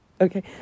Okay